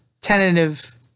tentative